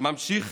ממשיך